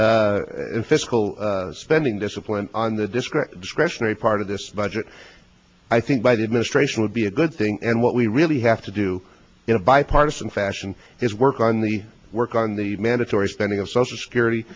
fiscal spending discipline on the district discretionary part of this budget i think by the administration would be a good thing and what we really have to do in a bipartisan fashion is work on the work on the mandatory spending of social security